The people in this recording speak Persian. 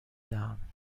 دهم